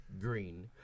green